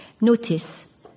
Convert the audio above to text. Notice